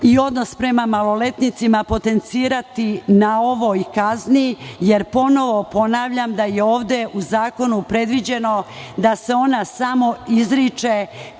i odnos prema maloletnicima potencirati na ovoj kazni, jer, ponovo ponavljam, ovde je u zakonu predviđeno da se ona samo izriče